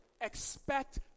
Expect